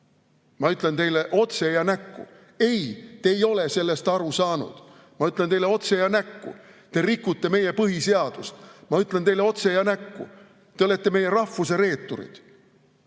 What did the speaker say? Ma ütlen teile otse ja näkku: ei, te ei ole sellest aru saanud. Ma ütlen teile otse ja näkku: te rikute meie põhiseadust. Ma ütlen teile otse ja näkku: te olete meie rahvuse reeturid.